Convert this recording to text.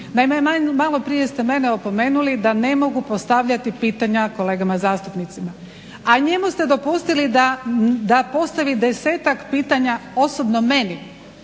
malo prije ste mene opomenuli da ne mogu postavljati pitanja kolegama zastupnicima, a njemu ste dopustiti da postavi desetak pitanja osobno meni